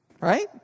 Right